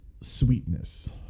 sweetness